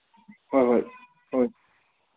ꯍꯣꯏ ꯍꯣꯏ ꯍꯣꯏ